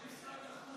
הוא מבין רק במשרד החוץ.